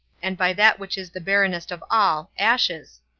and by that which is the barrenest of all, ashes.